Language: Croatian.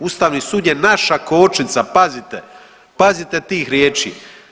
Ustavni sud je naša kočnica pazite, pazite tih riječi.